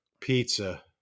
Pizza